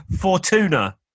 Fortuna